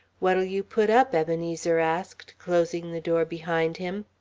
what'll you put up? ebenezer asked, closing the door behind him.